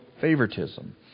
favoritism